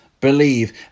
believe